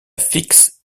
fix